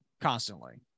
constantly